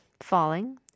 Falling